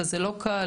וזה לא קל,